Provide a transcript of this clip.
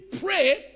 pray